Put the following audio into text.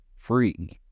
Free